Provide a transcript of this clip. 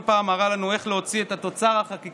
שבכל פעם מראה לנו איך להוציא את התוצר החקיקתי